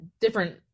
different